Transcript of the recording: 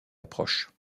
approche